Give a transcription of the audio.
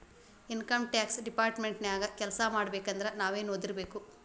Income tax department ನ್ಯಾಗ್ ಕೆಲ್ಸಾಮಾಡ್ಬೇಕಂದ್ರ ನಾವೇನ್ ಒದಿರ್ಬೇಕು?